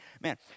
man